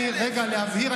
רק להבהיר,